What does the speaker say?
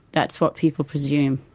that's what people presume.